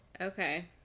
Okay